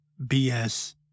BS